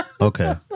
Okay